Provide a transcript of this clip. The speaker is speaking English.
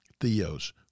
theos